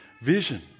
vision